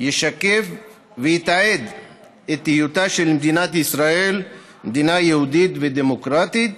ישקף ויתעד את היותה של מדינת ישראל מדינה יהודית ודמוקרטית,